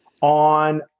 on